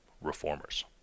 reformers